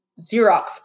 Xerox